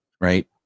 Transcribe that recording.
right